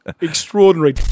Extraordinary